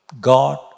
God